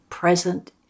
present